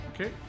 Okay